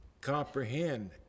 comprehend